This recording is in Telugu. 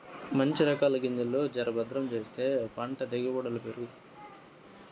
మంచి రకాల గింజలు జర భద్రం చేస్తే పంట దిగుబడులు పెరుగుతాయి